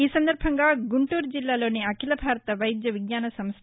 ఈ సందర్బంగా గుంటూరు జిల్లాలో అఖిల భారత వైద్య విజ్ఞాన సంస్థ